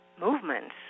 movements